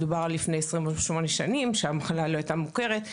מדובר על לפני 28 שנים, שהמחלה לא הייתה מוכרת.